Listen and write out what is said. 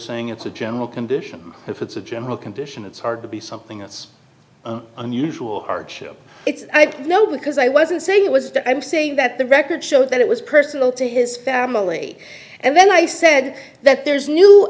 saying it's a general condition if it's a general condition it's hard to be something that's unusual or hardship it's no because i wasn't saying it was that i'm saying that the records show that it was personal to his family and then i said that there's new